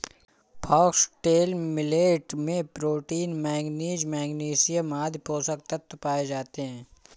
foxtail millet में protein, manganese, magnesium आदि पोषक तत्व पाए जाते है